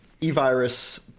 e-virus